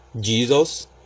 Jesus